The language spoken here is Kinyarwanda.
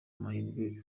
amahirwe